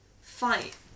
fight